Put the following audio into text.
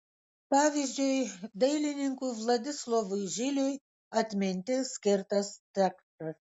pavyzdžiui dailininkui vladislovui žiliui atminti skirtas tekstas